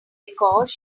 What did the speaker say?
because